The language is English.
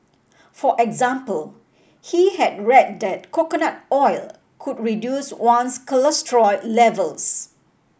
for example he had read that coconut oil could reduce one's cholesterol levels